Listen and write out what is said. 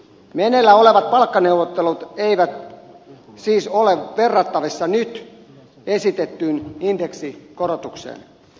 meneillään olevat palkkaneuvottelut eivät siis ole verrattavissa nyt esitettyyn indeksikorotukseen